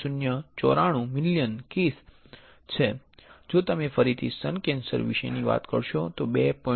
094 million million કેસ છે જો તમે ફરીથી સ્તન કેન્સર વિશે વાત કરો તો 2